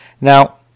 Now